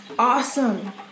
awesome